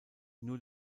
nur